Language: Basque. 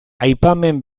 aipamen